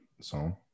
song